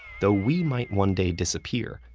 though we might one day disappear,